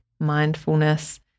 mindfulness